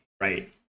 Right